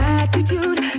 attitude